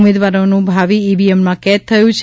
ઉમેદવારોનું બાવિ ઇવીએમમાં કેદ થયું છે